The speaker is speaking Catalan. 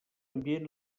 ambient